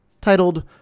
titled